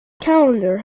calendar